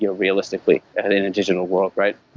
you know realistically and in an additional world, right?